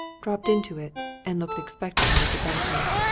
dropped into it and looked expectantly at the banker.